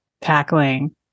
tackling